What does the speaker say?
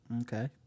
Okay